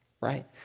Right